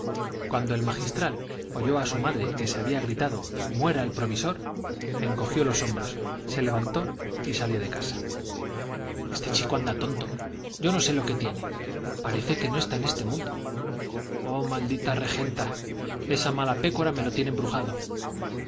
cuando el magistral oyó a su madre que se había gritado muera el provisor encogió los hombros se levantó y salió de casa este chico anda tonto yo no sé lo que tiene parece que no está en este mundo oh maldita regenta esa mala pécora me lo tiene embrujado